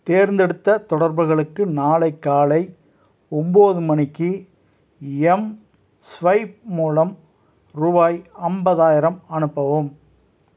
தேர்ந்தெடுத்த தொடர்புகளுக்கு நாளை காலை ஒம்பது மணிக்கு எம்ஸ்வைப் மூலம் ரூபாய் ஐம்பதாயிரம் அனுப்பவும்